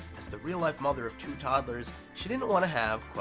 as the real life mother of two toddlers, she didn't want to have,